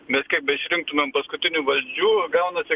mes kiek beišrinktumėm paskutinių valdžių gaunasi